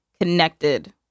connected